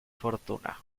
fortuna